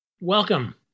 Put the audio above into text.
Welcome